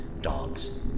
dogs